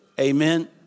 Amen